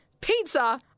Pizza